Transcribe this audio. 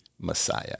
messiah